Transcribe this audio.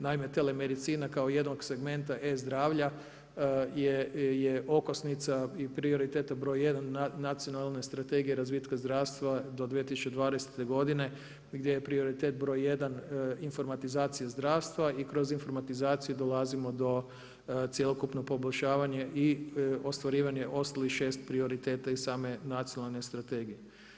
Naime, telemedicina kao jedan od segmenta E zdravlja je okosnica i prioritet broj jedan Nacionalne strategije razvitka zdravstva do 2020. godine gdje je prioritet broj jedan informatizacija zdravstva i kroz informatizaciju dolazimo do cjelokupnog poboljšavanja i ostvarivanja ostalih šest prioriteta iz same Nacionalne strategije.